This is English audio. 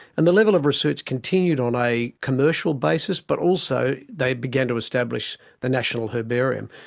and the level of research continued on a commercial basis but also they began to establish the national herbarium,